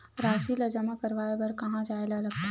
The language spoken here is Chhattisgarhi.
राशि ला जमा करवाय बर कहां जाए ला लगथे